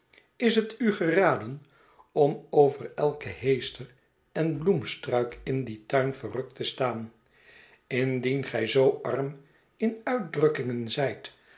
is het u geraden om over elken heester en bloemstruik in dien tuin verrukt te staan indien gij zoo arm in uitdrukkingen zijt